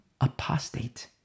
apostate